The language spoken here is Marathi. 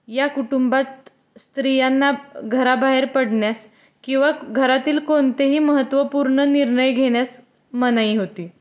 या कुटुंबात स्त्रियांना घराबाहेर पडण्यास किंवा घरातील कोणतेही महत्त्वपूर्ण निर्णय घेण्यास मनाई होती